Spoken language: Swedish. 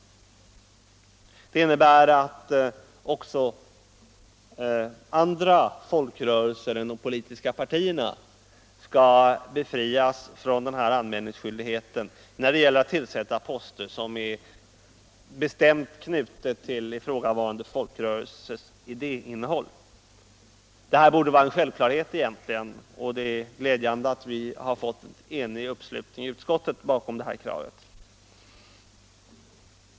Det innebär att även andra folkrörelser än de politiska partierna skall befrias från denna anmälningsskyldighet när det gäller att tillsätta platser som är bestämt knutna till ifrågavarande folkrörelses idéinnehåll. Detta borde egentligen vara en självklarhet, och det är glädjande att vi har fått enig uppslutning i utskottet bakom detta krav.